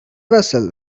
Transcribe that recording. vessel